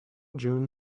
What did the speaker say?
june